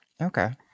Okay